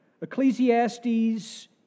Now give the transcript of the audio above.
Ecclesiastes